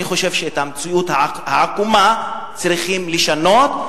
אני חושב שאת המציאות העקומה צריכים לשנות,